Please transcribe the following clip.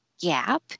gap